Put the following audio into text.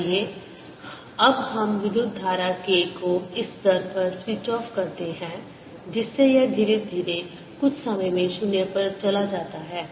B0K Energy stored length a202K220a20K22 आइए अब हम विद्युत धारा K को इस दर पर स्विच ऑफ करते हैं जिससे यह धीरे धीरे कुछ समय में 0 पर चला जाता है